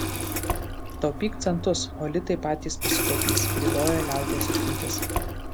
taupyk centus o litai patys pasitaupys byloja liaudies išmintis